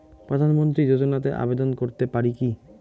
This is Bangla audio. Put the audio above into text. প্রধানমন্ত্রী যোজনাতে আবেদন করতে পারি কি?